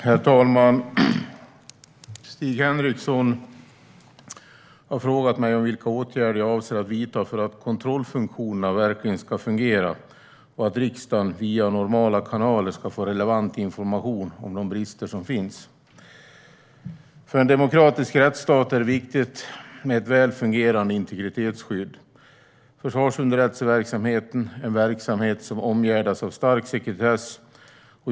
Herr talman! Stig Henriksson har frågat mig vilka åtgärder jag avser att vidta för att kontrollfunktionerna verkligen ska fungera och för att riksdagen via normala kanaler ska få relevant information om de brister som finns. För en demokratisk rättsstat är det viktigt med ett väl fungerande integritetsskydd. Försvarsunderrättelseverksamheten är en verksamhet som omgärdas av stark sekretess.